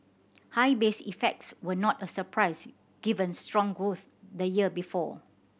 high base effects were not a surprise given strong growth the year before